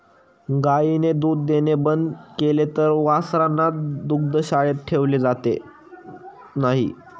गायीने दूध देणे बंद केले तर वासरांना दुग्धशाळेत ठेवले जात नाही